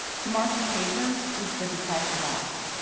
to mark the paper was the decisive act.